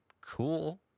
cool